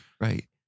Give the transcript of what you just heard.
Right